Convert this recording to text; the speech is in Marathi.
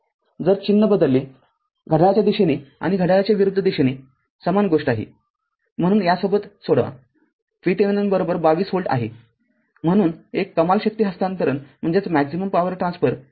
जर चिन्ह बदलले घड्याळाच्या दिशेने आणि घड्याळाच्या विरुद्ध दिशेने समान गोष्ट आहेम्हणून या सोबत सोडवा VThevenin २२ व्होल्ट आहे म्हणून१ कमाल शक्ती हस्तांतरण RL RThevenin आहे